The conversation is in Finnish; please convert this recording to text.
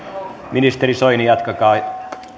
ministeri soini jatkakaa